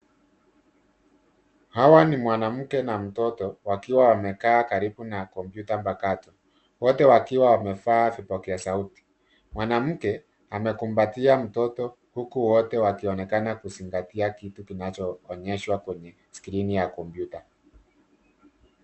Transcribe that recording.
Hawa ni mwanamke na mtoto wakiwa wamekaa karibu na kompyuta mpakato wote wakiwa wamevaa vipokea sauti. Mwanamke amekumbatia mtoto huku wote wakionekana kuzingatia kitu kinachoonyeshwa kwenye skrini ya kompyuta.